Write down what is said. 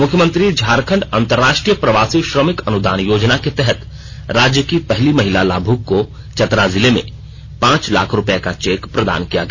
मुख्यमंत्री झारखंड अंतरराष्ट्रीय प्रवासी श्रमिक अनुदान योजना के तहत राज्य की पहली महिला लाभुक को चतरा जिले में पांच लाख रुपये का चेक प्रदान किया गया